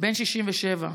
בן 67,